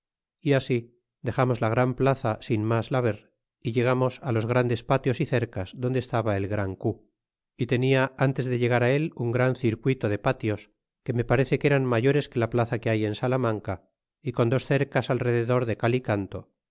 é así dexamos la gran plaza sin mas la ver y llegamos los grandes patios y cercas donde estaba el gran cu y tenia ntes de llegar él un gran circuito de patios que me parece que eran mayores que la plaza que hay en salamanca y con dos cercas al rededor de cal y canto